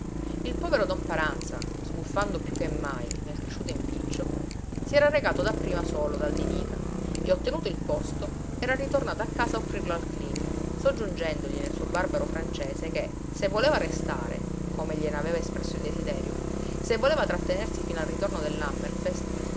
il povero don paranza sbuffando piú che mai nel cresciuto impiccio si era recato dapprima solo dal di nica e ottenuto il posto era ritornato a casa a offrirlo al cleen soggiungendogli nel suo barbaro francese che se voleva restare come gliene aveva espresso il desiderio se voleva trattenersi fino al ritorno dell'hammerfest